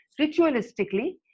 ritualistically